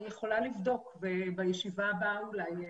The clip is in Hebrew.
אני יכולה לבדוק בישיבה הבאה אולי.